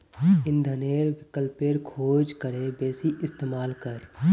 इंधनेर विकल्पेर खोज करे बेसी इस्तेमाल कर